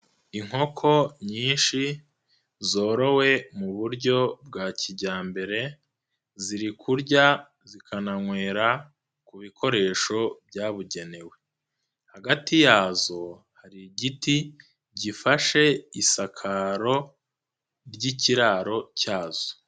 Inkoko nyinshi zorowe mu buryo bwa kijyambere, ziri kurya zikananywera ku bikoresho byabugenewe, hagati yazo hari igiti gifashe isakaro ry'ikiraro cyazo.